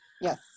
yes